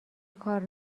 کار